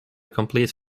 complete